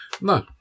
no